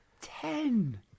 Ten